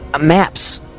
Maps